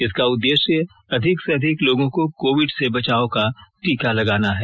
इसका उद्देश्य अधिक से अधिक लोगों को कोविड से बचाव का टीका लगाना है